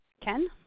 Ken